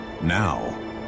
Now